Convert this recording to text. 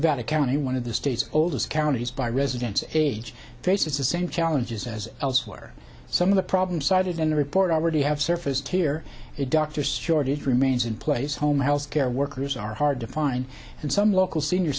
got a county one of the state's oldest counties by residents age faces the same challenges as elsewhere some of the problems cited in the report already have surfaced here it doctors shortage remains in place home health care workers are hard to find and some local senior